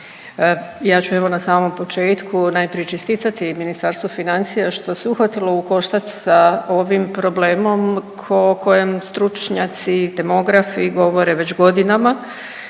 ja ću evo na samom početku najprije čestitati Ministarstvu financija što se uhvatilo u koštac sa ovim problemom o kojem stručnjaci demografi govore već godinama